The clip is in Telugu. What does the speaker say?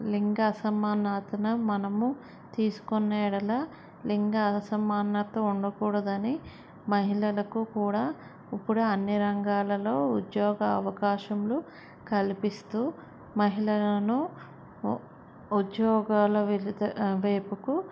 లింగ అసమానాతను మనము తీసుకున్న ఎడల లింగ అసమానత ఉండకూడదని మహిళలకు కూడా ఇప్పుడు అన్ని రంగాలలో ఉద్యోగ అవకాశంలు కల్పిస్తూ మహిళలను ఉద్యోగాల వెలుత వేపుకు